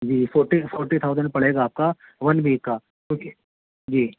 جی forty forty thousand پڑے گا آپ کا ون ویک کا کیونکہ جی